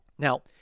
Now